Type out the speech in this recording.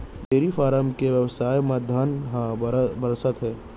dairy farm के बेवसाय म धन ह बरसत हे